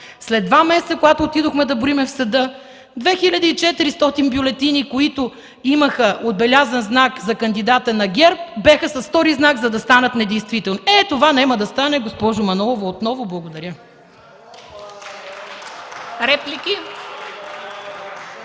След два месеца, когато отидохме да броим в съда 2400 бюлетини, които имаха отбелязан знак за кандидата на ГЕРБ, бяха с втори знак, за да станат недействителни. Е това няма да стане отново, госпожо Манолова! Благодаря.